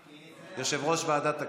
יושב-ראש ועדת הכנסת.